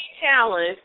challenge